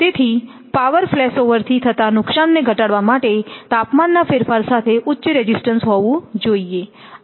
તેથી પાવર ફ્લેશઓવરથી થતા નુકસાનને ઘટાડવા માટે તાપમાનના ફેરફાર સાથે ઉચ્ચ રેઝિસ્ટન્સ હોવું જોઈએ